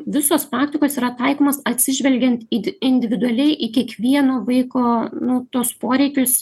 visos praktikos yra taikomos atsižvelgiant į individualiai į kiekvieno vaiko nuo tuos poreikius